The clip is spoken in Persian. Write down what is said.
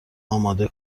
اماده